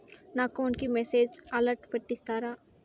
నా అకౌంట్ కి message alert పెట్టిస్తారా